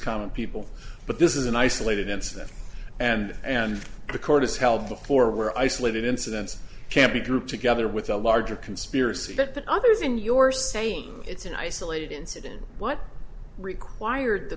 common people but this is an isolated incident and and the court has held the floor where isolated incidents can't be grouped together with a larger conspiracy that the others in your saying it's an isolated incident what required the